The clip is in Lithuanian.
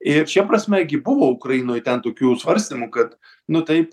ir šia prasme gi buvo ukrainoj ten tokių svarstymų kad nu taip